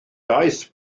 daith